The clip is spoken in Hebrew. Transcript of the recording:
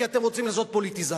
כי אתם רוצים לעשות פוליטיזציה.